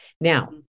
Now